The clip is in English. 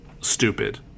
stupid